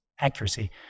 accuracy